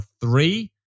three